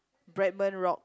Bretman-Rock